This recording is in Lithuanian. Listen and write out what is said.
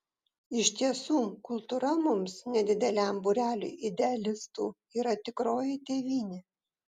iš tiesų kultūra mums nedideliam būreliui idealistų yra tikroji tėvynė